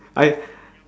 I